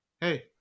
hey